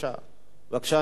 בבקשה, נא להצביע.